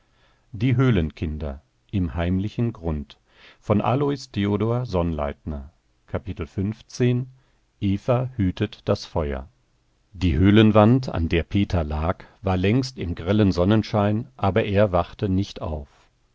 hütet das feuer die höhlenwand an der peter lag war längst im grellen sonnenschein aber er wachte nicht auf